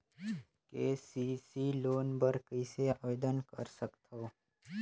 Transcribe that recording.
KCC loan बर कइसे आवेदन कर सकथव?